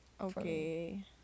Okay